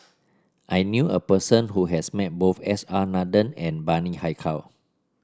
I knew a person who has met both S R Nathan and Bani Haykal